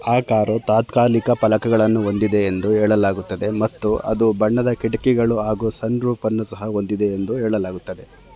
ಆ ಕಾರು ತಾತ್ಕಾಲಿಕ ಫಲಕಗಳನ್ನು ಹೊಂದಿದೆ ಎಂದು ಹೇಳಲಾಗುತ್ತದೆ ಮತ್ತು ಅದು ಬಣ್ಣದ ಕಿಟಕಿಗಳು ಹಾಗೂ ಸನ್ ರೂಫ್ ಅನ್ನೂ ಸಹ ಹೊಂದಿದೆ ಎಂದು ಹೇಳಲಾಗುತ್ತದೆ